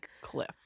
Cliff